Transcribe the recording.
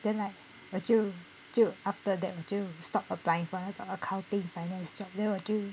then like 我就就 after that 我就 stop applying for 那种 accounting finance job then 我就